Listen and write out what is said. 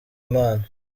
imana